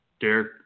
Derek